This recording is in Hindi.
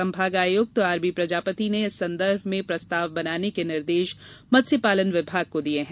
संभाग आयुक्त आरबी प्रजापति ने इस संदर्भ में प्रस्ताव बनाने के निर्देश मत्स्य पालन विभाग को दिये हैं